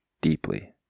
deeply